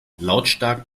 lautstark